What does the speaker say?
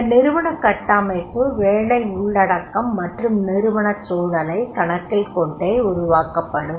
இந்த நிறுவனக் கட்டமைப்பு வேலை உள்ளடக்கம் மற்றும் நிறுவனச் சூழலைக் கணக்கில் கொண்டே உருவாக்கப்படும்